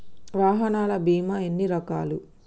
వాహనాల బీమా ఎన్ని రకాలు?